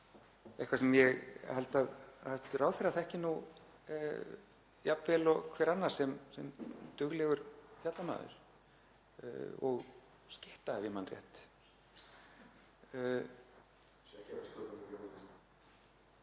eitthvað sem ég held að hæstv. ráðherra þekki jafn vel og hver annar sem duglegur fjallamaður og skytta, ef ég man rétt.